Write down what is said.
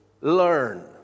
learn